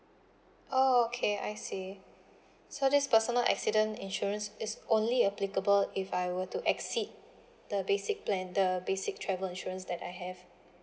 oh okay I see so this personal accident insurance is only applicable if I were to exceed the basic plan the basic travel insurance that I have